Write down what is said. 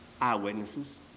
Eyewitnesses